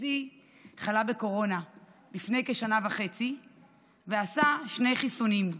גיסי חלה בקורונה לפני כשנה וחצי ועשה שני חיסונים.